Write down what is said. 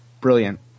Brilliant